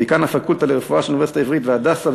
דיקן הפקולטה לרפואה של האוניברסיטה העברית ו"הדסה",